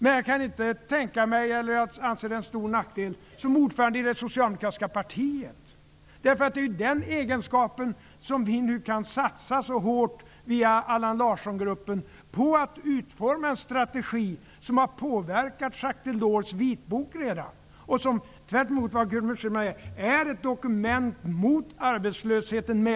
Men som ordförande i det socialdemokratiska partiet kan jag inte tänka mig att det är en stor nackdel att vara medlem. Det är ju det som vi nu via Allan Larsson-gruppen kan satsa så hårt på, att utforma en strategi som redan har påverkat Jacques Delors vitbok, vilken med de stora investeringsprogrammen -- tvärtemot vad Gudrun Schyman anser -- är ett dokument mot arbetslösheten.